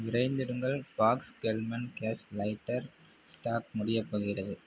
விரைந்திடுங்கள் Fackelmann gas lighter stock முடியப் போகிறது